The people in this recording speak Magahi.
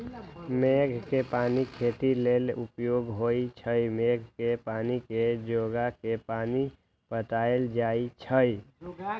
मेघ कें पानी खेती लेल उपयोगी होइ छइ मेघ के पानी के जोगा के पानि पटायल जाइ छइ